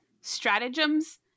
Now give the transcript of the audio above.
stratagems